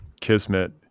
kismet